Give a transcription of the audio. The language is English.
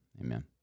Amen